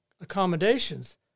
accommodations